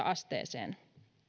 asteeseen